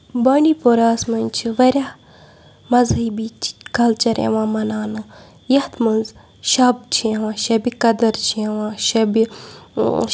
بانڈِی پوراہَس منٛز چھِ واریاہ مَزہبی کَلچر یِوان مَناونہٕ یَتھ منٛز شَب چھُ یِوان شَبہِ قدٕر چھِ یِوان شَبہِ